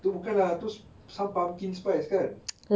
tu bukan lah tu some pumpkin spice kan